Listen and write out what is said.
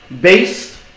based